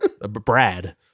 Brad